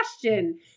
question